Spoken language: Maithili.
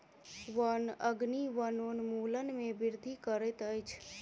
वन अग्नि वनोन्मूलन में वृद्धि करैत अछि